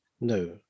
no